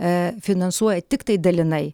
ee finansuoja tiktai dalinai